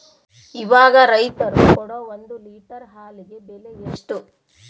ಇವಾಗ ರೈತರು ಕೊಡೊ ಒಂದು ಲೇಟರ್ ಹಾಲಿಗೆ ಬೆಲೆ ಎಷ್ಟು?